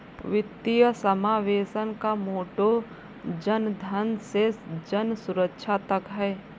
वित्तीय समावेशन का मोटो जनधन से जनसुरक्षा तक है